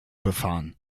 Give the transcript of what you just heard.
befahren